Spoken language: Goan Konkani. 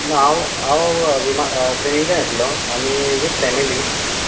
ना हांव हांव विमान ट्रेनिंतल्यान येतलो आनी वीथ फॅमिली